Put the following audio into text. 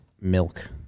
milk